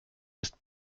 ist